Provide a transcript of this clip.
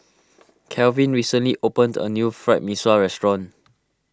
Calvin recently opened a new Fried Mee Sua restaurant